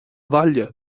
bhaile